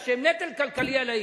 מפני שהם נטל כלכלי על העיר.